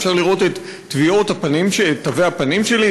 אפשר לראות את תווי הפנים שלי,